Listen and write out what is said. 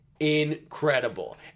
incredible